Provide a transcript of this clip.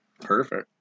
perfect